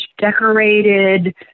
decorated